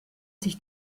sich